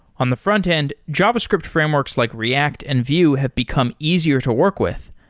on the frontend, javascript frameworks like react and view have become easier to work with.